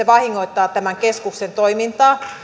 vahingoittaa tämän keskuksen toimintaa